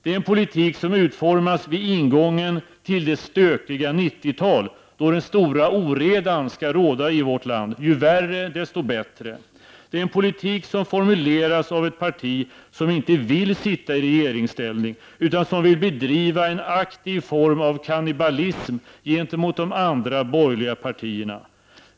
Det är en politik som utformas vid ingången till det stökiga 90-tal då den stora oredan skall råda i vårt land, ju värre, desto bättre. Det är en politik som formuleras av ett parti som inte vill sitta i regeringsställning, utan som vill bedriva en aktiv form av kannibalism gentemot de andra borgerliga partierna.